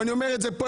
ואני אומר את זה פה,